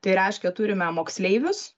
tai reiškia turime moksleivius